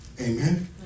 Amen